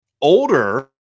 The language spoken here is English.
older